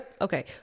okay